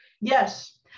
Yes